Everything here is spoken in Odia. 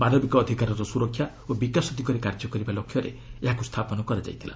ମାନବିକ ଅଧିକାରର ସୁରକ୍ଷା ଓ ବିକାଶ ଦିଗରେ କାର୍ଯ୍ୟ କରିବା ଲକ୍ଷ୍ୟରେ ଏହାକୁ ସ୍ଥାପନ କରାଯାଇଥିଲା